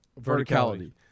verticality